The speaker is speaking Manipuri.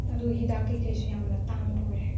ꯑꯗꯨꯒ ꯍꯤꯗꯥꯛ ꯀꯩꯀꯩꯁꯨ ꯌꯥꯝꯅ ꯇꯥꯡꯕ ꯑꯣꯏꯔꯦ